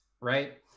right